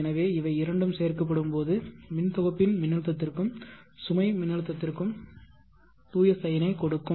எனவே இவை இரண்டும் சேர்க்கப்படும்போது மின் தொகுப்பின் மின்னழுத்தத்திற்கும் சுமை மின்னழுத்தத்திற்கும் தூய சைனைக் கொடுக்கும்